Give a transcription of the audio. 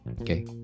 okay